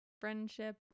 friendship